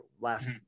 last